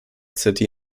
city